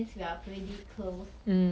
but I'm pretty comfortable 只是